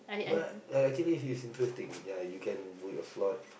but uh actually if it's interesting ya you can book your slot